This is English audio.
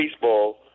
baseball